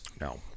No